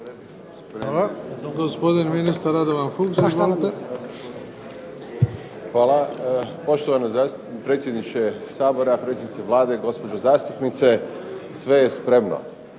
Hvala. Gospodin ministar Radovan Fuchs. Izvolite. **Fuchs, Radovan** Hvala. Poštovani predsjedniče Sabora, predsjednice Vlade, gospođo zastupnice sve je spremno.